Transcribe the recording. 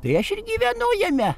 tai aš ir gyvenu jame